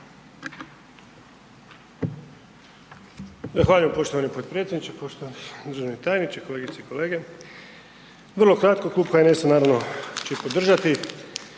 Hvala